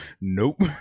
nope